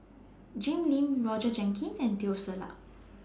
Jim Lim Roger Jenkins and Teo Ser Luck